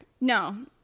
No